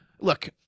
look